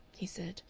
he said,